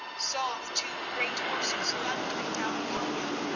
saw the two great horses thundering down upon them.